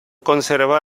conserva